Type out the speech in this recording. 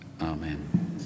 Amen